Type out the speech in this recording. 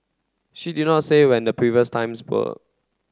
she did not say when the previous times were